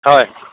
হয়